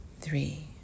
three